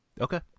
Okay